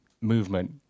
movement